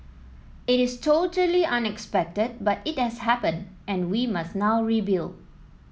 it is totally unexpected but it has happened and we must now rebuild